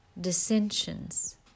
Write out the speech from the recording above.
dissensions